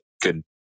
good